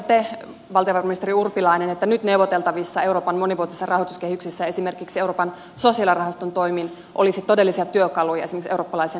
näettekö te valtiovarainministeri urpilainen että nyt neuvoteltavissa euroopan monivuotisissa rahoituskehyksissä esimerkiksi euroopan sosiaalirahaston toimin olisi todellisia työkaluja esimerkiksi eurooppalaisen nuorisotyöttömyyden hoitoon